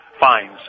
Fines